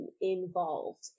involved